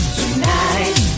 tonight